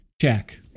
check